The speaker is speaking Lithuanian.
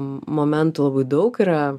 momentų labai daug yra